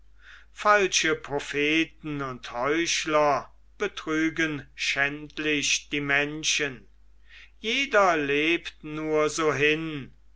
falsche propheten und heuchler betrügen schändlich die menschen jeder lebt nur so hin